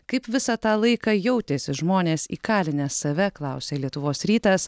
kaip visą tą laiką jautėsi žmonės įkalinę save klausia lietuvos rytas